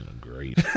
Great